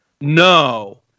No